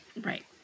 Right